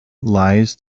lies